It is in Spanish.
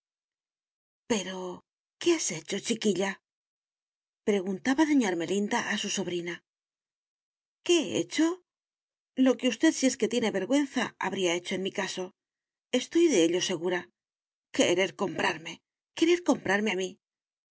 pero qué has hecho chiquilla preguntaba doña ermelinda a su sobrina qué he hecho lo que usted si es que tiene vergüenza habría hecho en mi caso estoy de ello segura querer comprarme querer comprarme a mí